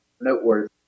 noteworthy